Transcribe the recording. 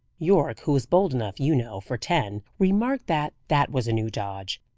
yorke, who is bold enough, you know, for ten, remarked that that was a new dodge,